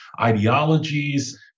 ideologies